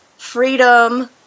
freedom